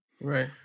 Right